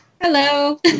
Hello